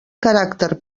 caràcter